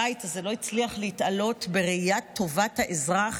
הבית הזה לא הצליח להתעלות לראיית טובת האזרח